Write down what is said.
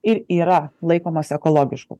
ir yra laikomas ekologišku